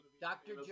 Dr